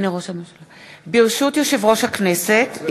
ברשות יושב-ראש הכנסת,